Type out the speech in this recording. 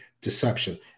deception